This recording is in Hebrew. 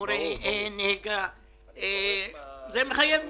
צריך להיות